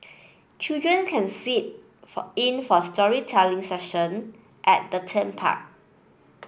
children can sit for in for storytelling session at the theme park